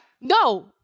no